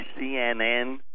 CNN